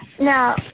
Now